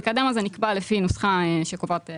המקדם הזה נקבע לפי נוסחה שקובעת,